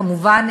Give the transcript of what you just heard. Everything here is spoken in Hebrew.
כמובן,